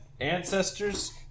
ancestors